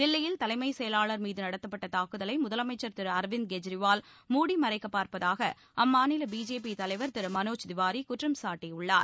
தில்லியில் தலைமைச் செயலாளர் மீது நடத்தப்பட்ட தாக்குதலை முதலமைச்சர் திரு அர்விந்த் கேஜ்ரிவால் மூடி மறைக்கப் பார்ப்பதாக அம்மாநில பிஜேபி தலைவர் திரு மனோஜ் திவாரி குற்றம் சாட்டியுள்ளார்